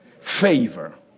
favor